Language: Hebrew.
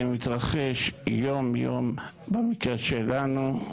שמתרחש יום יום במקרה שלנו.